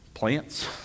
Plants